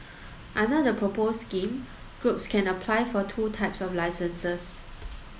under the proposed scheme groups can apply for two types of licences